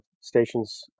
stations